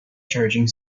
charging